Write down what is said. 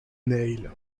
neil